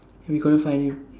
we couldn't find him